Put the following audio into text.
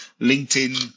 LinkedIn